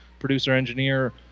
Producer-Engineer